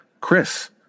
chris